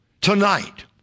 Tonight